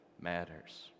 matters